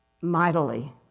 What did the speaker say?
mightily